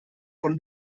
von